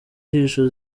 ijisho